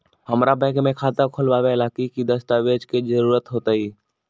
हमरा के बैंक में खाता खोलबाबे ला की की दस्तावेज के जरूरत होतई?